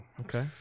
Okay